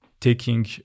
taking